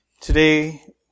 today